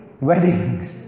Weddings